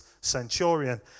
centurion